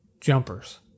Jumpers